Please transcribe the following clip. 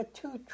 two